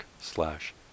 slash